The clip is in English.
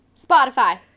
Spotify